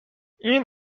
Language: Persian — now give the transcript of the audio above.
این